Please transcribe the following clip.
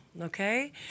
okay